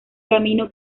camino